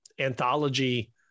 anthology